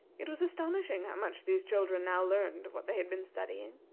it was astonishing how much these children now learned of what had been studying.